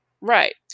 right